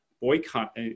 boycott